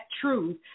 truth